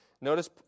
Notice